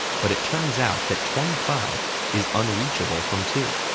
but it turns out that twenty five is unreachable from two.